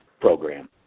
program